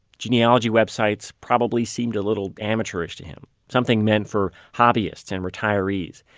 genealogy websites probably seemed a little amateurish to him. something meant for hobbyists and retirees.